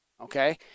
Okay